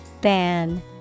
Ban